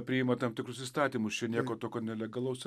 priima tam tikrus įstatymus čia nieko tokio nelegalaus